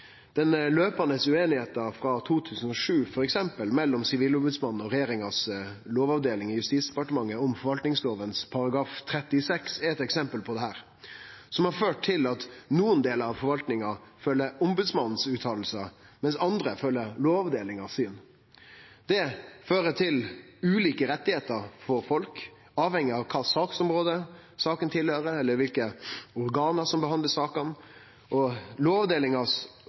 Den løpande ueinigheita frå 2007, f.eks., mellom Sivilombodsmannen og lovavdelinga i Justisdepartementet om forvaltningslova § 36, er eit eksempel på det. Det har ført til at nokre delar av forvaltninga følgjer fråsegnene frå Ombodsmannen, medan andre følgjer lovavdelinga sitt syn. Det fører til ulike rettar for folk, avhengig av kva saksområde saka høyrer til, eller kva organ som behandlar sakene.